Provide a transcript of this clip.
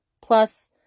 Plus